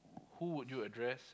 who would you address